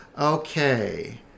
Okay